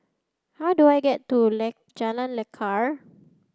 how do I get to Jalan Lekar